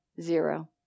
zero